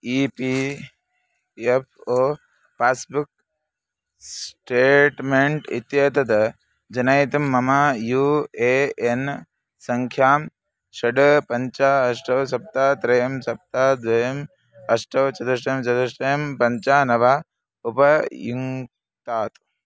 E P F O passbook statement इत्येतद् जनयितुं मम यू ए एन् सङ्ख्यां षड् पञ्च अष्टौ सप्त त्रयं सप्त द्वयम् अष्टौ चतुष्टयं चतुष्टयं पञ्च नव उपायुङ्क्तात्